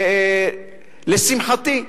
לשמחתי,